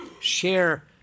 share